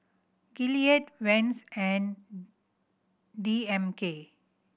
Gillette Vans and D M K